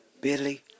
Billy